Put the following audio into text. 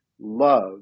love